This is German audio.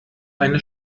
eine